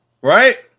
Right